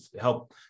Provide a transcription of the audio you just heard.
help